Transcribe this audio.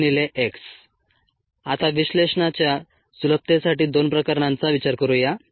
dxdtmSKSSx आता विश्लेषणाच्या सुलभतेसाठी दोन प्रकरणांचा विचार करूया